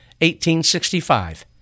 1865